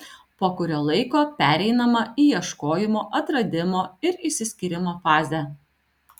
po kurio laiko pereinama į ieškojimo atradimo ir išsiskyrimo fazę